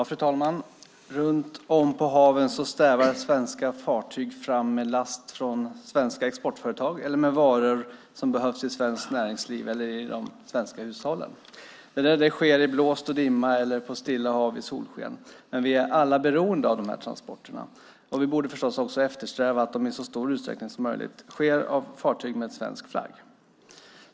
Fru talman! Runt om på haven stävar svenska fartyg fram med last från svenska exportföretag eller med varor som behövs i svenskt näringsliv eller i de svenska hushållen. Det sker i blåst och dimma eller på stilla hav i solsken. Vi är alla beroende av de här transporterna och vi borde eftersträva att de i så stor utsträckning som möjligt sker med fartyg med svensk flagg.